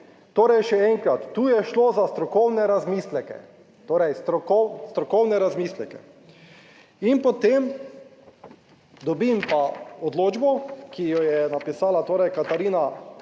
"Torej še enkrat, tu je šlo za strokovne razmisleke". Torej strokovne razmisleke. In potem dobim pa odločbo, ki jo je napisala torej Katarina